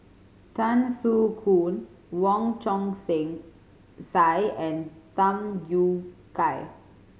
Tan Soo Khoon Wong Chong Same Sai and Tham Yui Kai